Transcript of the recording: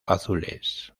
azules